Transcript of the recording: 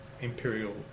imperial